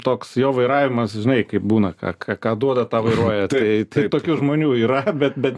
toks jo vairavimas žinai kaip būnaką ką ką duoda tą vairuoja tai tai tokių žmonių yra bet bet